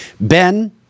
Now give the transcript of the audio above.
Ben